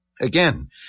Again